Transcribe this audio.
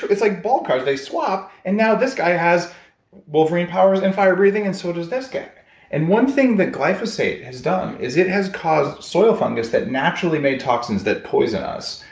it's like ball cards, they swap. and now this guy has wolverine powers and fire-breathing, and so does this guy and one thing that glyphosate has done is it has caused soil fungus that naturally made toxins that poison us.